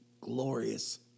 glorious